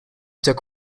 took